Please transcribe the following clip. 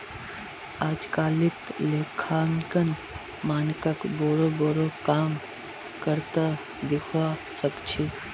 अजकालित लेखांकन मानकक बोरो बोरो काम कर त दखवा सख छि